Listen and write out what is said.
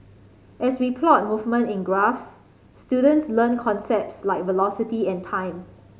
as we plot movement in graphs students learn concepts like velocity and time